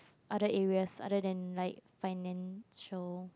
other areas other than like financial